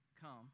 come